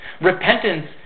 Repentance